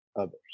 others